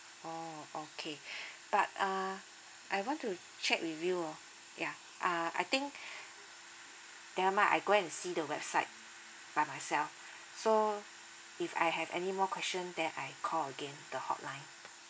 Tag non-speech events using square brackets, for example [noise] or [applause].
oh okay [breath] but uh I want to check with you oh yeah uh I think [breath] never mind I go and see the website by myself so if I have any more question then I call again the hotline